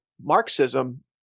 Marxism